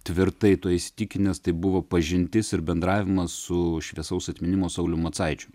tvirtai tuo įsitikinęs tai buvo pažintis ir bendravimas su šviesaus atminimo sauliumi macaičiu